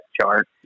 chart